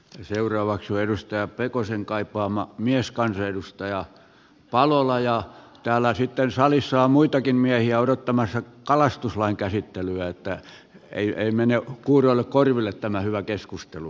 seuraavaksi on edustaja pekosen kaipaama mieskansanedustaja palola ja sitten täällä salissa on muitakin miehiä odottamassa kalastuslain käsittelyä niin että ei mene kuuroille korville tämä hyvä keskustelu